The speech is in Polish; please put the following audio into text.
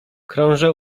krążę